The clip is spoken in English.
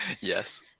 yes